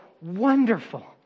wonderful